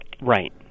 Right